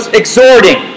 exhorting